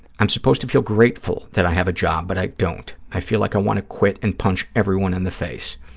i'm supposed to feel grateful that i have a job, but i don't. i feel like i want to quit and punch everyone in the face.